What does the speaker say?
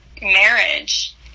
marriage